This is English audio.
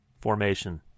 formation